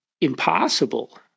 impossible